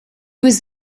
was